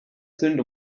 sind